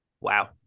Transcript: Wow